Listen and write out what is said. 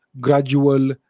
gradual